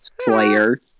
Slayer